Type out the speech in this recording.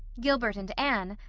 gilbert and anne,